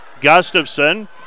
Gustafson